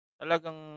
talagang